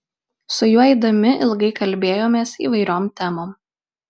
su juo eidami ilgai kalbėjomės įvairiom temom